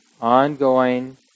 ongoing